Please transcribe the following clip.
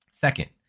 Second